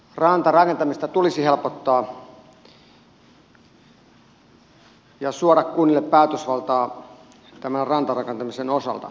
rantarakentamista tulisi helpottaa ja suoda kunnille päätösvaltaa rantarakentamisen osalta